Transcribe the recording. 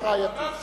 הרב שלו,